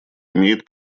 имеет